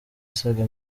asaga